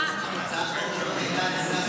להגנת הסביבה עידית סילמן: הצעת החוק הזאת,